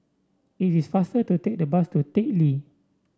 it is faster to take the bus to Teck Lee